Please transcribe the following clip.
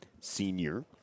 senior